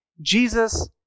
Jesus